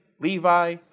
Levi